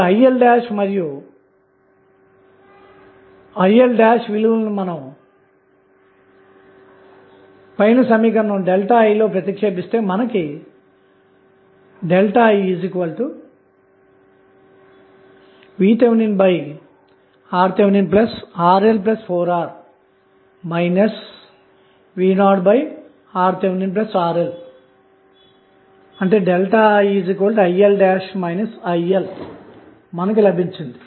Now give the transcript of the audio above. ఇప్పుడు IL మరియుIL విలువలను పైన సమీకరణం I లోప్రతిక్షేపిస్తే మనకు IVThRThRLR V0RThRL లభిస్తుంది